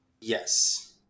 Yes